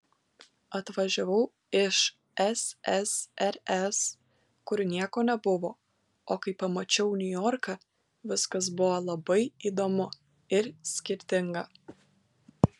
atvažiavau iš ssrs kur nieko nebuvo o kai pamačiau niujorką viskas buvo labai įdomu ir skirtinga